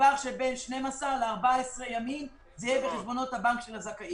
בטווח של בין 12 ל-14 ימים זה יהיה בחשבונות הבנק של הזכאים.